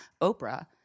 oprah